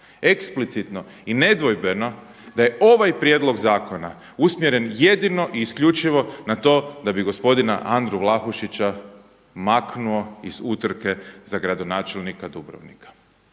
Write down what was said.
eksplicitno i nedvojbeno da je ovaj prijedlog zakona usmjeren jedino i isključivo na to da bi gospodina Andru Vlahušića maknuo iz utrke za gradonačelnika Dubrovnika.